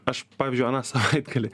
aš pavyzdžiui aną savaitgalį